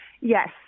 Yes